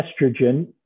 estrogen